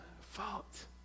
fault